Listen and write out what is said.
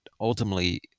ultimately